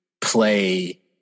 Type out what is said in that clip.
play